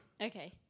Okay